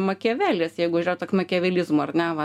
makiavelis jeigu yra toks makiavelizmo ar na va